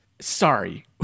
Sorry